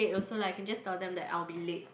also like I can just tell them that I'll be late